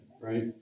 right